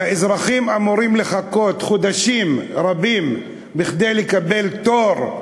והאזרחים אמורים לחכות חודשים רבים כדי לקבל תור,